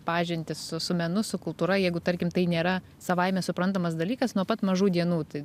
pažintį su su menu su kultūra jeigu tarkim tai nėra savaime suprantamas dalykas nuo pat mažų dienų tai